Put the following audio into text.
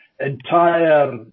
entire